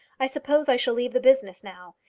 i suppose i shall leave the business now.